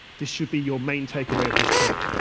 this should be your main takeaway of this talk.